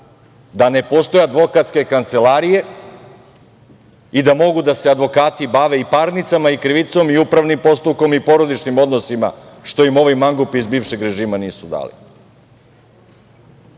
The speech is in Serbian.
da ne postoje advokatske kancelarije i da mogu da se advokati bave i parnicama i krivicom i upravnim postupkom i porodičnim odnosima, što im ovi mangupi iz bivšeg režima nisu dali. Idemo